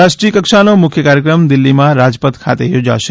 રાષ્ટ્રીય કક્ષાનો મુખ્ય કાર્યક્રમ દિલ્હીમાં રાજપથ ખાતે યોજાશે